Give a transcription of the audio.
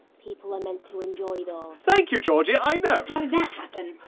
people are meant to enjoy those. thank you, georgie, i know! how did that happen?